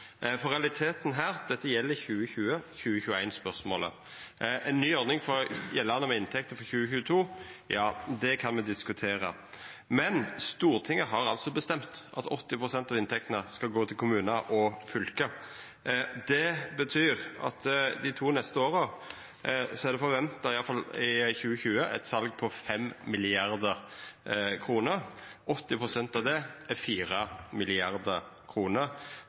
for realiteten her er at spørsmålet gjeld 2020 og 2021. Ei ny ordning gjeldande inntektene for 2022, ja, det kan me diskutera. Men Stortinget har bestemt at 80 pst. av inntektene skal gå til kommunar og fylke. Det betyr at dei to neste åra – iallfall i 2020 – er det venta eit sal på 5 mrd. kr. 80 pst. av det er